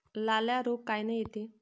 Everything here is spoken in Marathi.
लाल्या रोग कायनं येते?